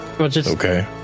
Okay